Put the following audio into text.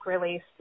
release